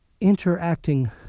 interacting